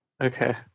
Okay